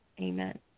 amen